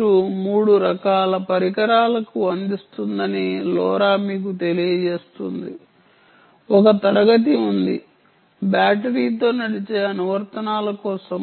మీకు 3 రకాల పరికరాలను అందిస్తుందని లోరా మీకు తెలియజేస్తుంది ఒక తరగతి ఉంది బ్యాటరీతో నడిచే అనువర్తనాల కోసం